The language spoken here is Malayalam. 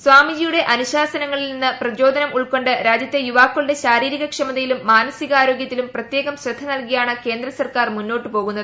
സ്വാമിജിയുടെ അനുശാസനങ്ങളിൽ നിന്ന് പ്രചോദനം ഉൾക്കൊണ്ട് രാജ്യത്തെ യുവാക്കളുടെ ശാരീരികക്ഷമതയിലും മാനസികാരോഗൃത്തിലും പ്രത്യേകം ശ്രദ്ധ നൽകിയാണ് കേന്ദ്ര സർക്കാർ മുന്നോട്ടു പോകുന്നത്